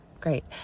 Great